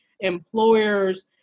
employers